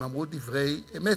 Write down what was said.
הם אמרו דברי אמת,